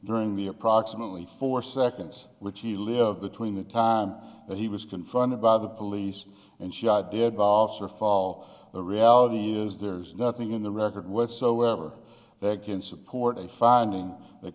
during the approximately four seconds which he lived between the time that he was confronted by the police and shot did vavasor fall the reality is there's nothing in the record whatsoever that can support a finding th